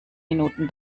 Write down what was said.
minuten